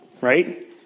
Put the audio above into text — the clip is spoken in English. Right